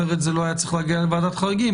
אחרת זה לא היה צריך להגיע לוועדת חריגים.